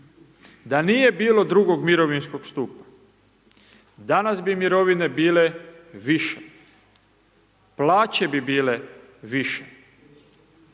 Da nije bilo 2. mirovinskog stupa, danas bi mirovine bile više, plaće bi bile više.